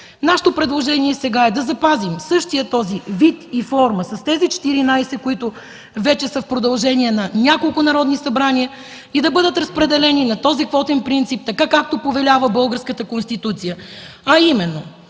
Нашето предложение сега е да запазим същия този вид и форма с тези 14, които вече са в продължение на няколко народни събрания, и да бъдат разпределени на този квотен принцип, така както повелява българската Конституция,